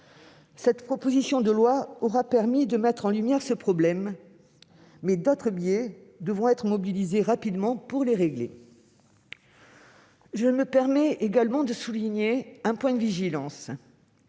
Cette proposition de loi aura permis de mettre en lumière ce problème, mais d'autres leviers devront être actionnés rapidement pour le régler. Je me permets également de souligner un point de vigilance.